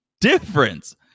difference